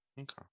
Okay